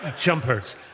Jumpers